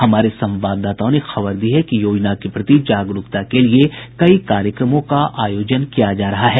हमारे संवाददाताओं ने खबर दी है कि योजना के प्रति जागरूकता के लिए कई कार्यक्रमों का आयोजन किया जा रहा है